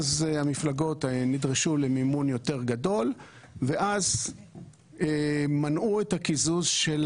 המפלגות נדרשו למימון יותר גדול ואז מנעו את הקיזוז של